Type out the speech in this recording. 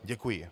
Děkuji.